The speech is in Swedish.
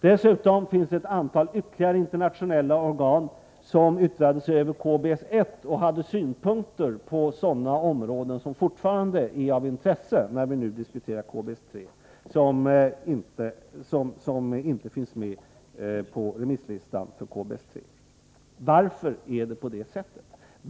Ytterligare ett antal internationella organ som yttrade sig över KBS-1 och hade synpunkter på sådana områden som fortfarande är av intresse när vi nu diskuterar KBS-3 saknas dessutom på remisslistan för KBS-3. Varför är det på detta sätt?